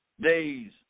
days